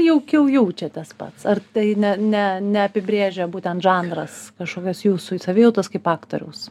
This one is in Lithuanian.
jaukiau jaučiatės pats ar tai ne ne neapibrėžia būtent žanras kažkokios jūsų savijautos kaip aktoriaus